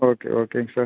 okay ஓகேங்க sir